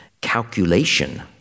calculation